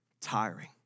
tiring